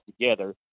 together